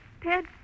Ted